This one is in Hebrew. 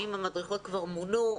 האם המדריכות כבר מונו?